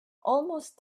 almost